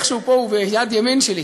איכשהו פה הוא בצד ימין שלי,